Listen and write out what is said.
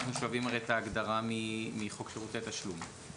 אנחנו שואבים את ההגדרה מחוק שירותי תשלום.